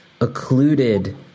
occluded